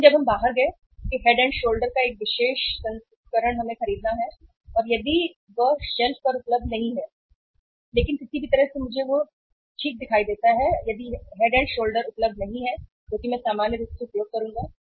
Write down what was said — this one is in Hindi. लेकिन जब हम बाहर गए कि हेड और शोल्डर का एक विशेष संस्करण जिसे हम खरीदना चाहते हैं और यदि वह शेल्फ पर कहने पर उपलब्ध नहीं है लेकिन किसी भी तरह से मुझे वह ठीक दिखाई देता है यदि हेड और शोल्डर उपलब्ध नहीं है जो कि मैं सामान्य रूप से उपयोग करूंगा